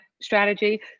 strategy